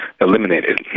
eliminated